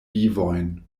vivojn